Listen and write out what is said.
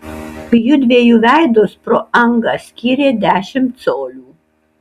jųdviejų veidus pro angą skyrė dešimt colių